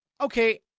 okay